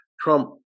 Trump